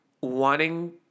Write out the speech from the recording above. wanting